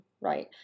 right